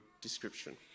description